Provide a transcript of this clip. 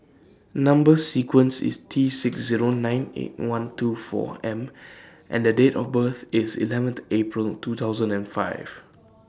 Number sequence IS T six Zero nine eight one two four M and Date of birth IS eleventh April two thousand and five